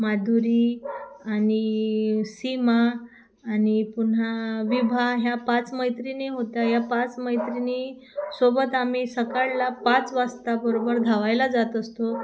माधुरी आणि सीमा आणि पुन्हा विभा ह्या पाच मैत्रिणी होत्या या पाच मैत्रिणी सोबत आम्ही सकाळला पाच वाजता बरोबर धावायला जात असतो